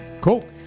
Cool